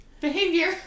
behavior